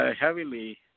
heavily